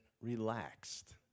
relaxed